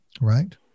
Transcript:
right